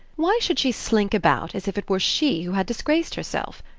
why should she slink about as if it were she who had disgraced herself?